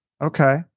Okay